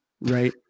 right